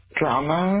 drama